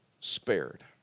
spared